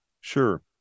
Sure